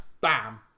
bam